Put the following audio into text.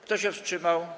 Kto się wstrzymał?